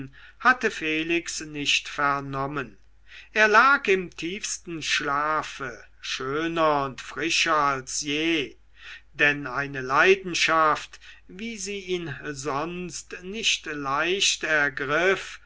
hatte felix nicht vernommen er lag im tiefsten schlafe schöner und frischer als je denn eine leidenschaft wie sie ihn sonst nicht leicht ergriff